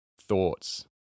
thoughts